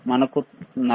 మనకు 49